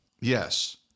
Yes